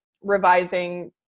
revising